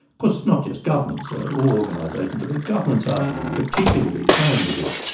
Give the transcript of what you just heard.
course it's not just governments. all organisations, but governments are particularly prone to this.